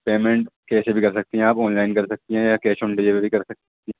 payment کیسے بھی کر سکتی ہیں آپ آن لائن کر سکتی ہیں یا کیش آن ڈیلیوری کر سکتی